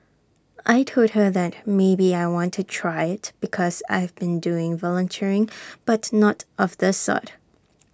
I Told her that maybe I want to try IT because I've been doing volunteering but not of this sort